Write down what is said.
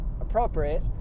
appropriate